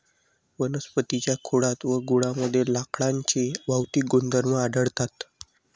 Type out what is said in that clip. वनस्पतीं च्या खोडात व मुळांमध्ये लाकडाचे भौतिक गुणधर्म आढळतात